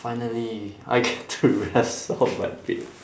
finally I get to rest out of my bed